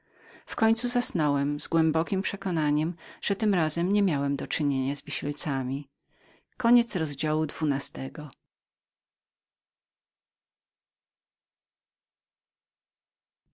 w końcu zasnąłem z głębokiem przekonaniem że tym razem niemiałem do czynienia z wisielcami